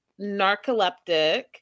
narcoleptic